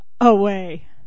away